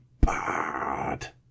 bad